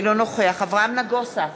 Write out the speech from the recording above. אינו נוכח אברהם נגוסה,